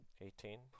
Eighteen